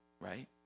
right